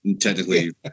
Technically